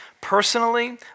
personally